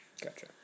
Gotcha